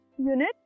unit